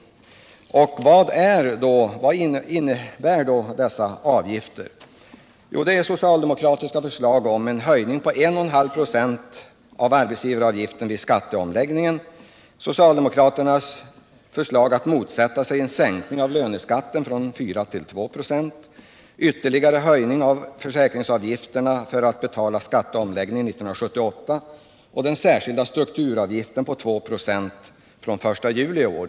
Socialdemokraterna har förslagit en ytterligare höjning på 1,5 96 av arbetsgivaravgiften vid skatteomläggningen den 1 januari 1977, motsatt sig en sänkning av löneskatten från 4 till 2 96, föreslagit en ytterligare höjning av försäkringsavgifterna med 0,5 96 för att betala en del av skatteomläggningen 1978 och den särskilda strukturavgiften på 2 96 från den 1 juli i år.